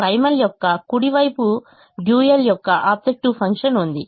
primal యొక్క కుడి వైపు డ్యూయల్ యొక్క ఆబ్జెక్టివ్ ఫంక్షన్ ఉంది